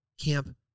camp